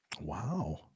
Wow